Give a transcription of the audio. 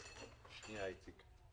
קיימתי דיון עם חברות שירותי